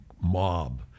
mob